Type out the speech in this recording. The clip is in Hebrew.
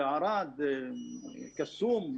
ערד, קסום.